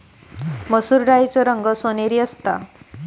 मसुर डाळीचो रंग सोनेरी असता